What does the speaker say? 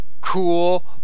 cool